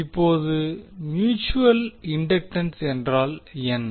இப்போது mutual inductance என்றால் என்ன